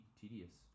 tedious